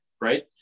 right